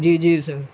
جی جی سر